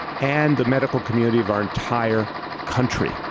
and the medical community of our entire country.